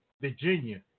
Virginia